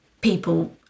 people